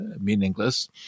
meaningless